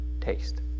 taste